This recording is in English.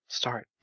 start